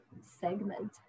segment